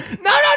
no